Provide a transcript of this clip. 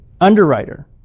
underwriter